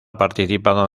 participado